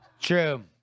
True